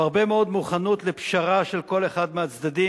והרבה מאוד מוכנות לפשרה של כל אחד מהצדדים,